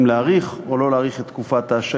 האם להאריך או לא להאריך את תקופת ההשעיה.